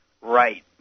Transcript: Right